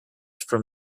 from